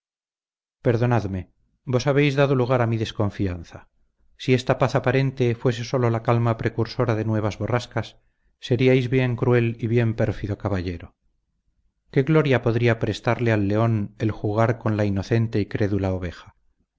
perdonadme vos habéis dado lugar a mi desconfianza si esta paz aparente fuese sólo la calma precursora de nuevas borrascas seríais bien cruel y bien pérfido caballero qué gloria podría prestarle al león el jugar con la inocente y crédula oveja